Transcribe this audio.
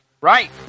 right